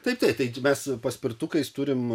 taip taip tai mes su paspirtukais turim